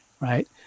right